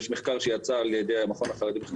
יש מחקר שיצא על ידי המכון החרדי למחקרי